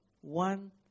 one